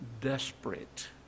desperate